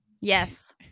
Yes